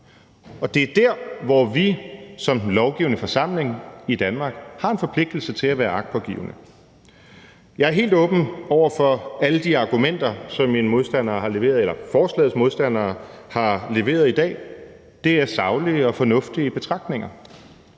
Og det er der, hvor vi som den lovgivende forsamling i Danmark har en forpligtelse til at være agtpågivende. Kl. 13:49 Jeg er helt åben over for alle de argumenter, som forslagets modstandere har leveret i dag. Det er saglige og fornuftige betragtninger.